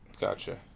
Gotcha